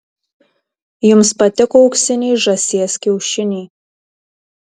jums patiko auksiniai žąsies kiaušiniai